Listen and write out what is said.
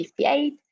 58